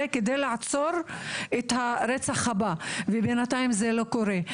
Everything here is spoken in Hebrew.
בשטח כדי לעצור את הרצח הבא ובינתיים זה לא קורה.